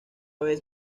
vez